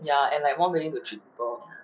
ya and like more willing to treat people